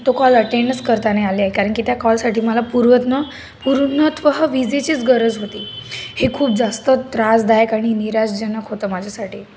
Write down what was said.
तो कॉल अटेंडच करता नाही आले कारण की त्या कॉलसाठी मला पूर्वत्न पूर्णत्व विजेचीच गरज होती हे खूप जास्त त्रासदायक आणि निराशाजनक होतं माझ्यासाठी